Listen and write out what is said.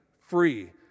free